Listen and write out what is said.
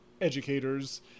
educators